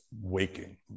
waking